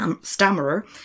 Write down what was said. stammerer